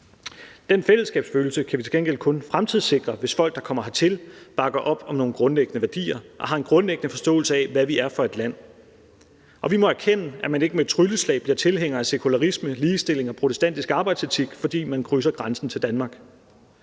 Den fællesskabsfølelse kan vi til gengæld kun fremtidssikre, hvis folk, der kommer hertil, bakker op om nogle grundlæggende værdier og har en grundlæggende forståelse af, hvad vi er for et land. Og vi må erkende, at man ikke med et trylleslag bliver tilhænger af sekularisme, ligestilling og protestantisk arbejdsetik, fordi man krydser grænsen til Danmark.